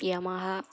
Yamaha